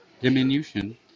diminution